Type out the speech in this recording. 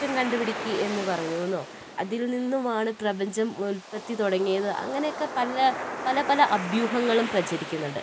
അറ്റം കണ്ടുപിടിക്ക് എന്ന് പറഞ്ഞു എന്നോ അതിൽ നിന്നുമാണ് പ്രപഞ്ചം ഉൽപ്പത്തി തുടങ്ങിയത് അങ്ങനെയൊക്കെ പല പല പല അഭ്യൂഹങ്ങളും പ്രചരിക്കുന്നുണ്ട്